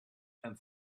and